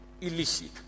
illicit